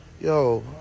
Yo